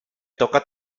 toca